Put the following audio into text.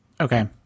Okay